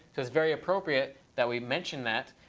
because very appropriate that we mention that.